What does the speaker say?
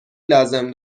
لازم